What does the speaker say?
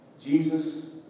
Jesus